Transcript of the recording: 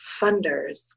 funders